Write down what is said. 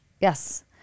Yes